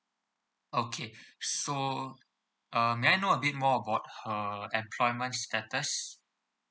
okay so uh may I know a bit more about her employment status